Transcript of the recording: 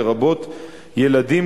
לרבות ילדים,